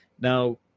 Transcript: Now